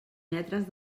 metres